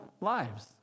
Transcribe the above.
lives